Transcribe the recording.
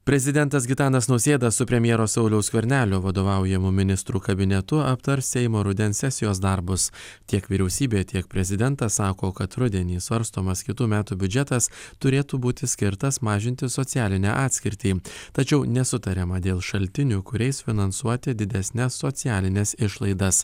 prezidentas gitanas nausėda su premjero sauliaus skvernelio vadovaujamu ministrų kabinetu aptars seimo rudens sesijos darbus tiek vyriausybė tiek prezidentas sako kad rudenį svarstomas kitų metų biudžetas turėtų būti skirtas mažinti socialinę atskirtį tačiau nesutariama dėl šaltinių kuriais finansuoti didesnes socialines išlaidas